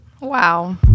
Wow